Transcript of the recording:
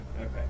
okay